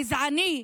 הגזעני,